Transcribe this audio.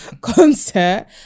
concert